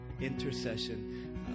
intercession